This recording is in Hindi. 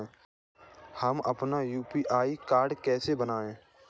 हम अपना यू.पी.आई कोड कैसे बनाएँ?